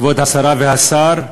כבוד השרה והשר,